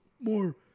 more